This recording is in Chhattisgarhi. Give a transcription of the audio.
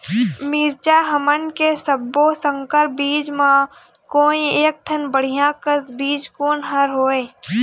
मिरचा हमन के सब्बो संकर बीज म कोई एक ठन बढ़िया कस बीज कोन हर होए?